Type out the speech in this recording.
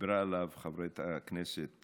דיברה עליו חברת הכנסת